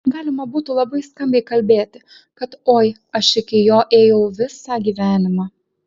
galima būtų labai skambiai kalbėti kad oi aš iki jo ėjau visą gyvenimą